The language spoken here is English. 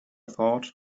thought